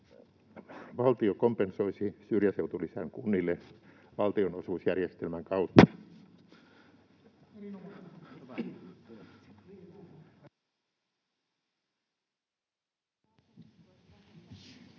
Valtio kompensoisi syrjäseutulisän kunnille valtionosuusjärjestelmän kautta.